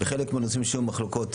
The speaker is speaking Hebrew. בחלק מהנושאים שהיו מחלוקות,